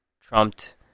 trumped